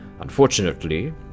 Unfortunately